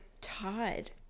todd